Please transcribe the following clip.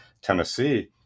tennessee